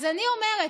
אז אני אומרת,